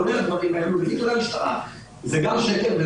זה גם שקר.